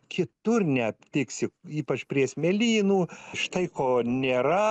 kitur neaptiksi ypač prie smėlynų štai ko nėra